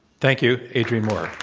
thank you, adrian moore.